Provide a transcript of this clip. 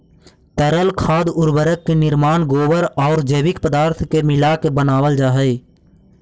तरल खाद उर्वरक के निर्माण गोबर औउर जैविक पदार्थ के मिलाके बनावल जा हई